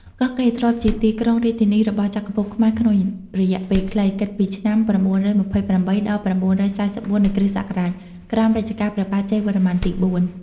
កោះកេរធ្លាប់ជាទីក្រុងរាជធានីរបស់ចក្រភពខ្មែរក្នុងរយៈពេលខ្លី គិតពីឆ្នាំ ៩២៨ ដល់ ៩៤៤ នៃគ.ស. ក្រោមរជ្ជកាលព្រះបាទជ័យវរ្ម័នទី ៤។